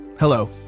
Hello